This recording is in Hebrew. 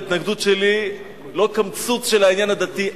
ההתנגדות שלי היא לא קמצוץ מהעניין הדתי.